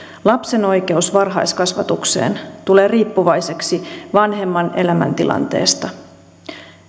lapsen oikeus varhaiskasvatukseen tulee riippuvaiseksi vanhemman elämäntilanteesta